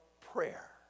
prayer